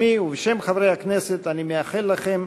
בשמי ובשם חברי הכנסת, אני מאחל לכם